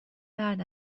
بعد